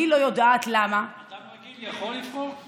אני לא יודעת למה, אדם רגיל יכול לבחור?